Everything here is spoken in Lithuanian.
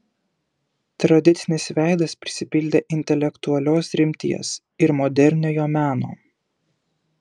tradicinis veidas prisipildė intelektualios rimties ir moderniojo meno